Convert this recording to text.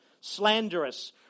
slanderous